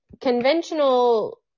conventional